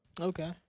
Okay